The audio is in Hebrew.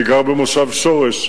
אני גר במושב שורש,